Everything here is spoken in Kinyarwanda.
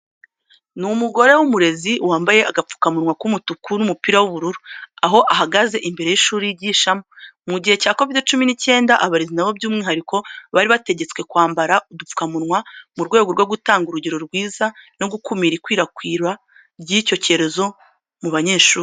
Ni umugore w'umurezi wambaye agapfukamunwa k'umutuku n'umupira w'ubururu, aho ahagaze imbere y'ishuri yigishamo. Mu gihe cya Kovide cumi n'icyenda abarezi na bo by'umwihariko bari bategetswe kwambara udupfukamunwa mu rwego rwo gutanga urugero rwiza no gukumira ikwirakwira ry'icyo cyorezo mu banyeshuri .